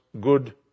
good